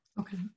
Okay